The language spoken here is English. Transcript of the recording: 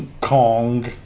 Kong